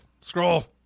Scroll